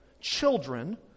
children